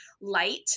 light